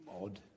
odd